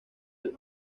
del